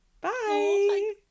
Bye